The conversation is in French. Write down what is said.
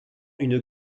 une